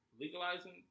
legalizing